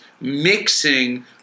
mixing